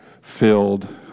filled